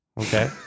okay